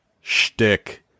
shtick